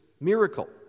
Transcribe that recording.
miracle